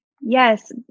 Yes